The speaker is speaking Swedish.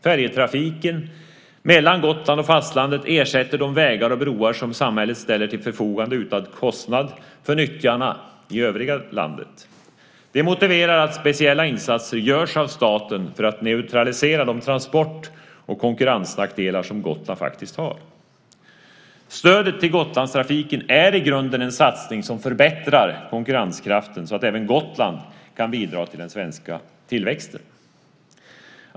Färjetrafiken mellan Gotland och fastlandet ersätter de vägar och broar som samhället ställer till förfogande utan kostnad för nyttjarna i övriga landet. Det motiverar att speciella insatser görs av staten för att neutralisera de transport och konkurrensnackdelar som Gotland faktiskt har. Stödet till Gotlandstrafiken är i grunden en satsning som förbättrar konkurrenskraften så att även Gotland kan bidra till den svenska tillväxten.